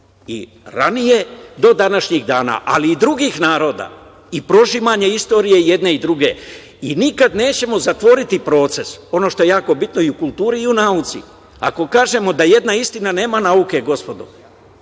i ranije, do današnjeg dana, ali i drugih naroda i prožimanje istorije i jedne i druge, nikada nećemo zatvoriti proces. Ono što je jako bitno i u kulturi i u nauci. Ako kažemo da jedna istina nema nauke, gospodo.